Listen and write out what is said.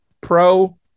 pro